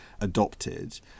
adopted